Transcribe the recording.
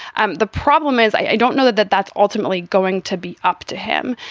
and the problem is, i don't know that that that's ultimately going to be up to him.